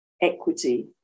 equity